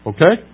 Okay